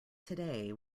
today